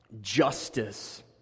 justice